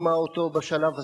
שקידמה אותו בשלב הזה.